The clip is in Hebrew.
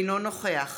אינו נוכח